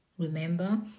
Remember